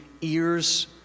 ears